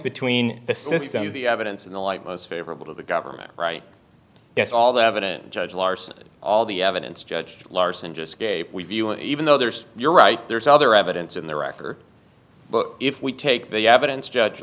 and the evidence in the light most favorable to the government right that's all the evidence judge larson all the evidence judge larson just gave you and even though there's you're right there's other evidence in the record but if we take the evidence judge